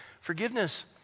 Forgiveness